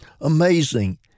Amazing